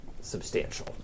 substantial